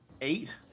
Eight